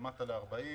מסכום המענק